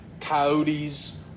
coyotes